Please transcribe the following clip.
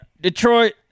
Detroit